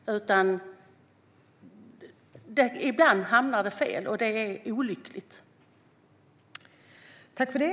Ibland hamnar det fel, och det är olyckligt.